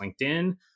LinkedIn